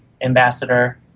ambassador